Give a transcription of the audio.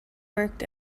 worked